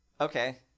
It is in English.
okay